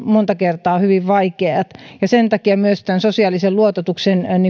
monta kertaa hyvin vaikeat sen takia myös tämän sosiaalisen luototuksen